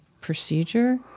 procedure